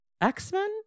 X-Men